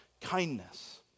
kindness